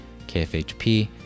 KFHP